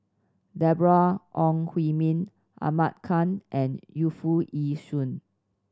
Deborah Ong Hui Min Ahmad Khan and Yu Foo Yee Shoon